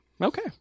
Okay